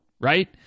right